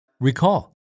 Recall